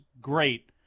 great